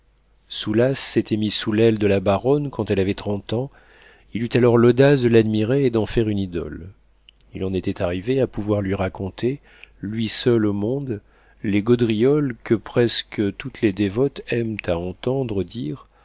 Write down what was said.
s'était mis sous l'aile de la baronne quand elle avait trente ans il eut alors l'audace de l'admirer et d'en faire une idole il en était arrivé à pouvoir lui raconter lui seul au monde les gaudrioles que presque toutes les dévotes aiment à entendre dire